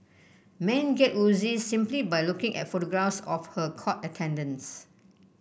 men get woozy simply by looking at photographs of her court attendance